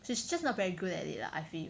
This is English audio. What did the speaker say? she's just not very good at it lah I feel